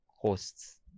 hosts